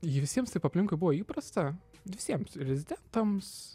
ji visiems taip aplinkui buvo įprasta visiems rezidentams